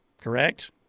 Correct